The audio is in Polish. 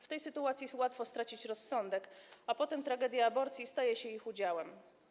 W tej sytuacji łatwo jest stracić rozsądek, a potem tragedia aborcji staje się ich udziałem.